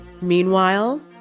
Meanwhile